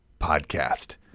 podcast